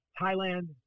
Thailand